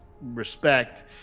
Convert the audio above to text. respect